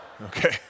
Okay